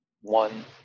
one